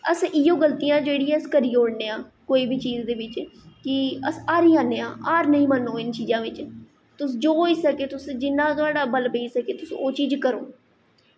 अस इ'यै गलतियां जेह्ड़ियां अस करी ओड़ने आं कोई बी चीज दे बिच्च कि अस हारी जन्ने आं हार निं मन्नो इ'नें चीज़े बिच्च तुस जो होई सकै तुस जिन्ना थुआढ़ा बल पेई सकै तुस ओह् चीज़ करो